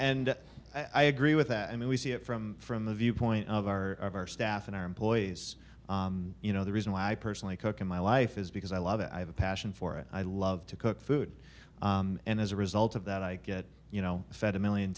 and i agree with that i mean we see it from from the viewpoint of our our staff and our employees you know the reason why i personally cook in my life is because i love it i have a passion for it i love to cook food and as a result of that i get you know fed a million